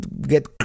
get